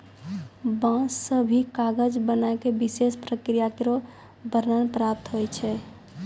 बांस सें भी कागज बनाय क विशेष प्रक्रिया केरो वर्णन प्राप्त होय छै